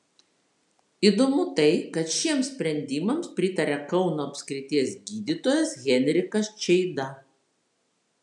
įdomu tai kad šiems sprendimams pritaria kauno apskrities gydytojas henrikas čeida